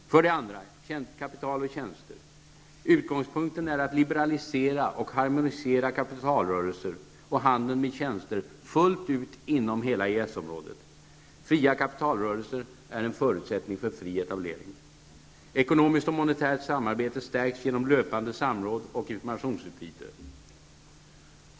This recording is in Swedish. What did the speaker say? För det andra kapital och tjänster: -- Utgångspunkten är att liberalisera och harmonisera kapitalrörelser och handeln med tjänster fullt ut inom hela EES-området. Fria kapitalrörelser är en förutsättning för fri etablering. -- Ekonomiskt och monetärt samarbete stärks genom löpande samråd och informationsutbyte.